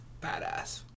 badass